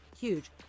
huge